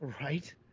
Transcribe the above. right